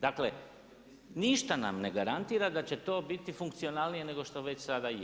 Dakle, ništa nam ne garantira da će to biti funkcionalnije nego što već sada je.